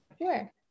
Sure